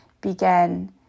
began